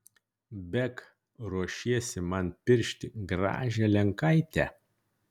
beg ruošiesi man piršti gražią lenkaitę